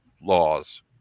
laws